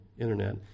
internet